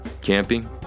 Camping